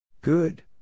Good